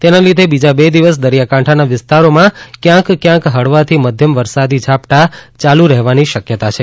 તેના લીધે બીજા બે દિવસ દરિયાકાંઠાના વિસ્તારોમાં ક્યાંક ક્યાંક હળવાથી મધ્યમ વરસાદી ઝાપટાં યાલુ રહેવાની શક્યતા છે